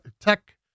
tech